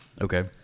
Okay